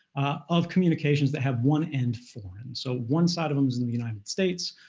of communications that have one and foreign. so one side of them is in the united states,